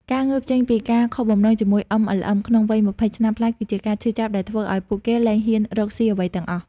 ការងើបចេញពីការខកបំណងជាមួយ MLM ក្នុងវ័យ២០ឆ្នាំប្លាយ គឺជាការឈឺចាប់ដែលធ្វើឱ្យពួកគេលែងហ៊ានរកស៊ីអ្វីទាំងអស់។